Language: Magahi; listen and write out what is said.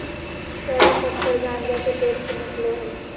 चरस अक्सर गाँजा के पेड़ से निकलो हइ